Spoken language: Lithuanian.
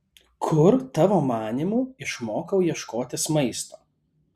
kur tavo manymu išmokau ieškotis maisto